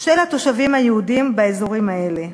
של התושבים היהודים באזורים האלה.